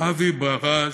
אבי בראז,